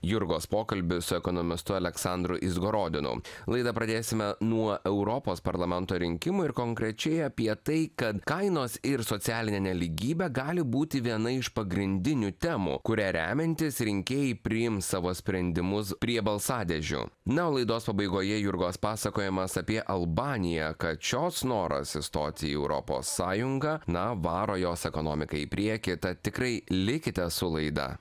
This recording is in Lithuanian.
jurgos pokalbį su ekonomistu aleksandru izgorodinu laidą pradėsime nuo europos parlamento rinkimų ir konkrečiai apie tai kad kainos ir socialinė nelygybė gali būti viena iš pagrindinių temų kuria remiantis rinkėjai priims savo sprendimus prie balsadėžių na o laidos pabaigoje jurgos pasakojimas apie albaniją kad šios noras įstoti į europos sąjungą na varo jos ekonomiką į priekį tad tikrai likite su laida